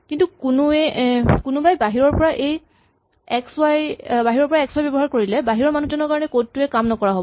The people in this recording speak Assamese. কিন্তু কোনোবাই বাহিৰৰ পৰা এক্স ৱাই ব্যৱহাৰ কৰিলে বাহিৰৰ মানুহজনৰ কাৰণে কড টোৱে কাম নকৰা হ'ব